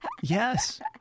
Yes